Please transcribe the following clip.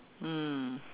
mm